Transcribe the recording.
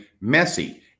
messy